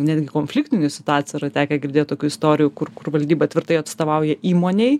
netgi konfliktinių situacijų yra tekę girdėt tokių istorijų kur kur valdyba tvirtai atstovauja įmonei